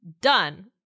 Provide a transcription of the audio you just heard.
Done